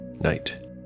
night